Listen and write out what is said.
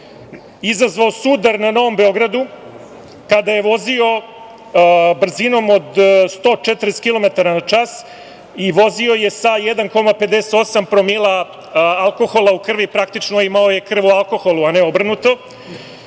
izazvao sudar na Novom Beogradu kada je vozio brzinom od 140 km na čas i vozio je sa 1,58 promila alkohola u krivi, praktično imao je krv u alkoholu, a ne obrnuto,